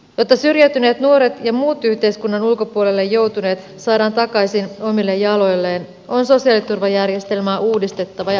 jotta syrjäytyneet nuoret ja muut yhteiskunnan ulkopuolelle joutuneet saadaan takaisin omille jaloilleen on sosiaaliturvajärjestelmää uudistettava ja yksinkertaistettava